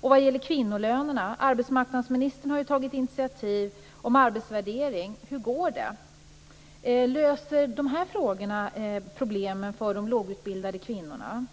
Vad gäller kvinnolönerna har ju arbetsmarknadsministern tagit initiativ till en arbetsvärdering. Hur går det? Löser detta problemen för de lågutbildade kvinnorna?